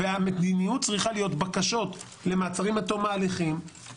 המדיניות צריכה להיות בקשות למעצרים עד תום ההליכים.